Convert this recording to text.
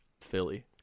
Philly